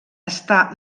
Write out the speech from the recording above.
està